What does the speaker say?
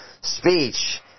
speech